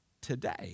today